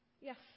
Yes